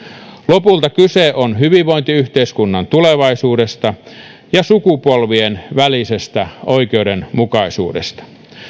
lopulta kyse on hyvinvointiyhteiskunnan tulevaisuudesta ja sukupolvien välisestä oikeudenmukaisuudesta